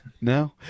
No